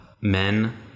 men